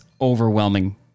overwhelming